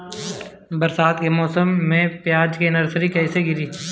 बरसात के मौसम में प्याज के नर्सरी कैसे गिरी?